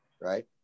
right